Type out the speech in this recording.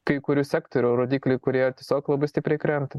kai kurių sektorių rodikliai kurie tiesiog labai stipriai krenta